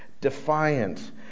defiant